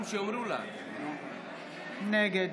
נגד